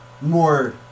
more